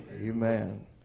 Amen